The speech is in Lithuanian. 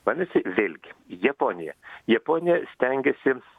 na visi vėlgi japonija japonija stengėsi